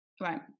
Right